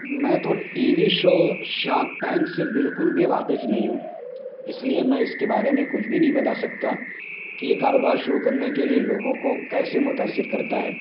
میں تو T V show Shark Tank سے بالکل بھی واقف نہیں ہوں اس لیے میں اس کے بارے میں کچھ بھی نہیں بتا سکتا کہ یہ کاروبار شروع کرنے کے لیے لوگوں کو کیسے متأثر کرتا ہے